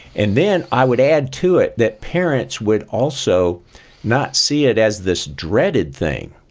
and then i would add to it that parents would also not see it as this dreaded thing,